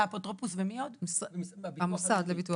המוסד לביטוח